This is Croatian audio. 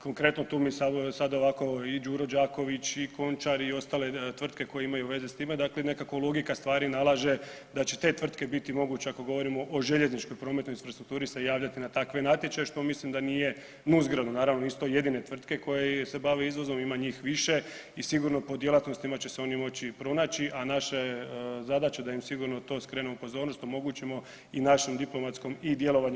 Konkretno, tu mi sada ovako i Đuro Đaković i Končar i ostale tvrtke koje imaju veze s time, dakle nekako logika stvari nalaže da će te tvrtke biti moguće ako govorimo o željezničkoj prometnoj infrastrukturi, se javljati na takve natječaje, što mislim da nije ... naravno nisu to jedine tvrtke koje se bave izvozom, ima njih više i sigurno po djelatnostima će se oni moći i pronaći, a naša je zadaća da im sigurno to skrenemo pozornost, omogućimo i našem diplomatskom i djelovanjem